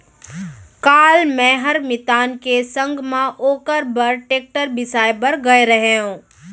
काल मैंहर मितान के संग म ओकर बर टेक्टर बिसाए बर गए रहव